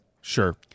sure